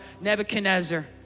Nebuchadnezzar